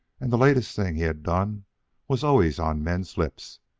and the latest thing he had done was always on men's lips,